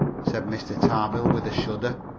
said mr. tarbill, with a shudder.